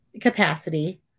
capacity